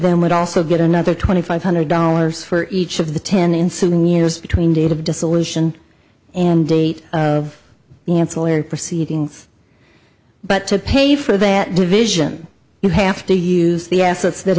them would also get another twenty five hundred dollars for each of the ten in soon years between date of dissolution and date of ancillary proceedings but to pay for that division you have to use the assets that